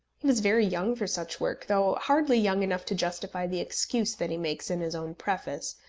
he was very young for such work, though hardly young enough to justify the excuse that he makes in his own preface,